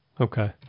Okay